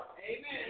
Amen